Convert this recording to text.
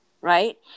right